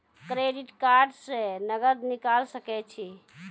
Credit card से नगद निकाल सके छी?